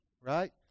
right